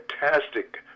fantastic